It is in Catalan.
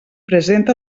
presenta